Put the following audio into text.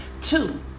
Two